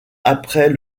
après